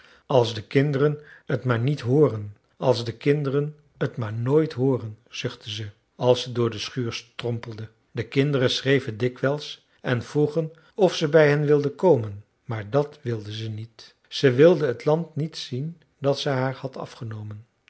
als de kinderen t maar niet hooren als de kinderen t maar nooit hooren zuchtte ze als ze door de schuur strompelde de kinderen schreven dikwijls en vroegen of ze bij hen wilde komen maar dat wilde ze niet zij wilde het land niet zien dat ze haar had afgenomen